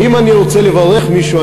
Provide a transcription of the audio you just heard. אם אני רוצה לברך מישהו,